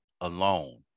alone